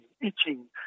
itching